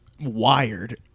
wired